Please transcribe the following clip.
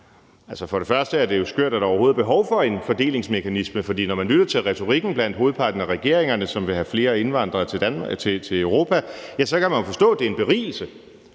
For det første er det jo skørt, at der overhovedet er behov for en fordelingsmekanisme, for når man lytter til retorikken blandt hovedparten af regeringerne, som vil have flere indvandrere til Europa, kan man jo forstå, at det er en berigelse.